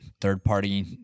third-party